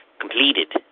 completed